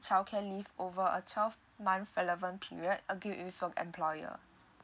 childcare leave over a twelve month relevant period agreed with your employer